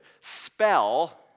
spell